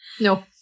No